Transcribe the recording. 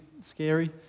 scary